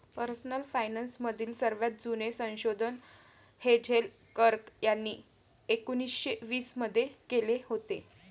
personal finance मधील सर्वात जुने संशोधन हेझेल कर्क यांनी एकोन्निस्से वीस मध्ये केले होते